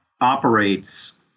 operates